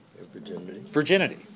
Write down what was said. Virginity